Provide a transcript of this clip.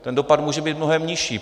Ten dopad může být mnohem nižší.